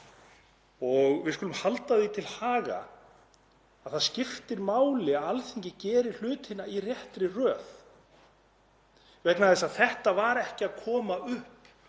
Við skulum halda því til haga að það skiptir máli að Alþingi geri hlutina í réttri röð vegna þess að þetta var ekki að koma upp